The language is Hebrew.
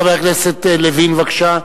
חבר הכנסת לוין, בבקשה,